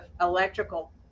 electrical